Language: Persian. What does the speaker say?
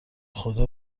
خدا